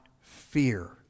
fear